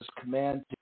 command